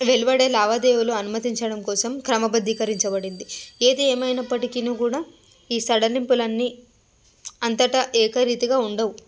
వెలువడే లావాదేవీలు అనుమతించడం కోసం క్రమబద్ధీకరించబడింది ఏది ఏమైనప్పటికీనూ కూడా ఈ సడలింపులన్నీ అంతటా ఏక రీతిగా ఉండవు